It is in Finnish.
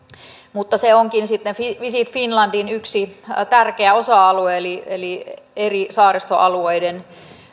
mutta se onkin sitten visit finlandin yksi tärkeä osa alue eli eli eri saaristoalueiden